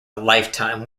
lifetime